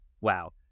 wow